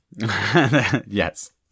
yes